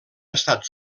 estat